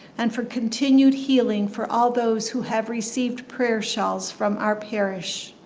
and for continued healing for all those who have received prayer shawls from our parish.